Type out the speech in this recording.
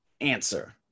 answer